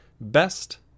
Best